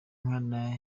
nkana